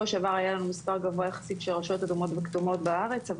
שעבר היה לנו מספר יחסית גבוה של רשויות אדומות וכתומות בארץ,